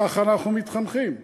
כך אנחנו מתחנכים כולנו.